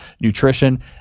nutrition